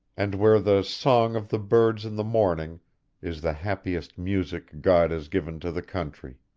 and where the song of the birds in the morning is the happiest music god has given to the country.